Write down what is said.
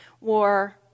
War